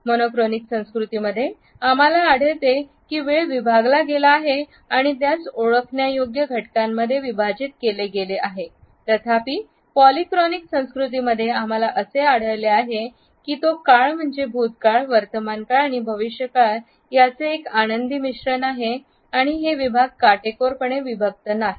monochronic संस्कृतीमध्ये आम्हाला आढळतो की वेळ विभागला गेला आहे आणि त्यास ओळखण्यायोग्य घटकांमध्ये विभाजित केले गेले आहे तथापि पॉलीक्रॉनिक संस्कृतींमध्ये आम्हाला असे आढळले आहे की तो काळ म्हणजे भूतकाळा वर्तमानकाळ आणि भविष्यकाळ यांचे एक आनंदी मिश्रण आहेआणि हे विभाग काटेकोरपणे विभक्त नाहीत